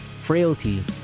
frailty